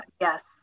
yes